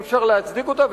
אי-אפשר להצדיק אותה,